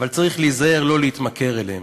אבל צריך להיזהר לא להתמכר להם.